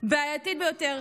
בעייתי ביותר,